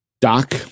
doc